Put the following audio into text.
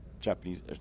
Japanese